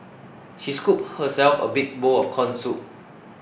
she scooped herself a big bowl of Corn Soup